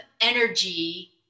energy